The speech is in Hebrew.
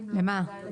למה?